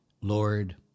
Lord